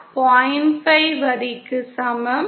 5 வரிக்கு சமம்